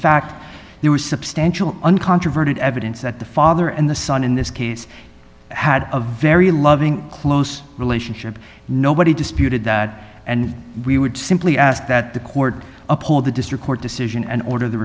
fact there was substantial uncontroverted evidence that the father and the son in this case had a very loving close relationship nobody disputed that and we would simply ask that the court uphold the district court decision and order the